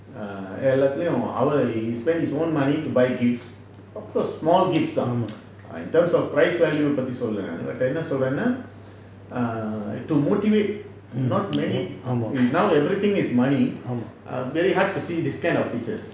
err எல்லாத்துலயும் அவரு:ellathulayum avaru ours he spend his own money to buy gifts of course small gifts lah in terms of price value பத்தி சொல்லல நானு:paththi sollala nanu but என்ன சொல்றேன்னா:enna solrennaa err to motivate not many now everything is money err very hard to see this kind of teachers